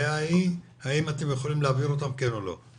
הבעיה היא האם אתם יכולים להעביר אותם או לא.